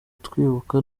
twibuka